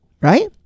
right